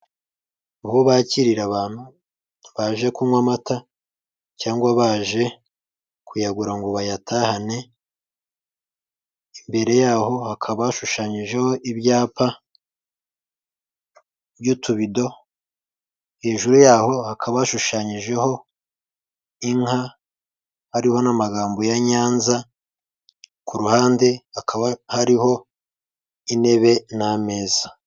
Aho bakirira abantu baje kunywa amata cyangwa baje kuyagura ngo bayatahane imbere yaho hakaba hashushanyijeho ibyapa by'utubido, hejuru yaho hakaba hashushanyijeho inka hariho n'amagambo ya Nyanza ku ruhande hakaba hariho intebe n'ameza.